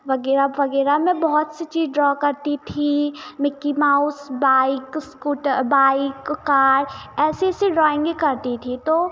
वगैरह वगैरह मैं बहुत सी चीज़ ड्रौ करती थी Mickey Mouse bike scooter bike car ऐसी ऐसी ड्राइंगें करती थी तो